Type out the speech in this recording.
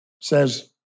says